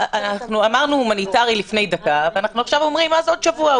אמרנו הומניטרי לפני דקה ועכשיו אנחנו אומרים עוד שבוע,